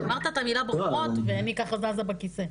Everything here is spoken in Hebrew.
כי אמרת את המילה בוחרות, ואני ככה זזה בכיסא.